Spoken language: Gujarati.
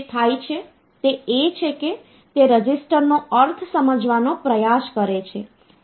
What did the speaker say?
ધારો કે આપણી પાસે ડેસિમલ સિસ્ટમમાં 723 નંબર છે અને હું તેને બાઈનરી નંબર સિસ્ટમમાં રૂપાંતરિત કરવા માંગુ છું